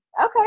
Okay